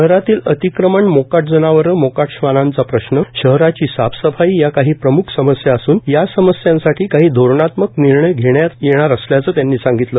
शहरातील अतिक्रमण मोकाट जनावरं आणि मोकाट श्वानांचा प्रश्न शहराची साफसफाई या काठी प्रमुख समस्या असून या समस्यांसाठी काही धोरणात्मक विर्णय घेण्यात येणार असल्याचं त्यांनी सांगितलं